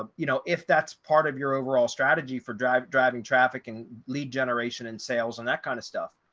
um you know, if that's part of your overall strategy for drive driving traffic and lead generation and sales and that kind of stuff,